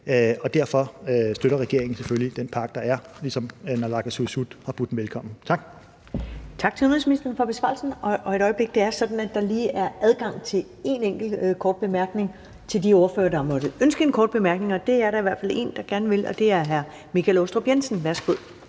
og derfor støtter regeringen selvfølgelig den pakke, der er, ligesom naalakkersuisut har budt den velkommen. Tak. Kl. 17:17 Første næstformand (Karen Ellemann): Tak til udenrigsministeren for besvarelsen. Det er sådan, at der lige er adgang til en enkelt kort bemærkning til de ordførere, der måtte ønske en kort bemærkning. Det er der i hvert fald en, der gør, og det er hr. Michael Aastrup Jensen. Værsgo.